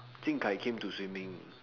Jing Kai came to swimming